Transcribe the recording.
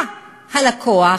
בא הלקוח,